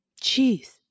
Jeez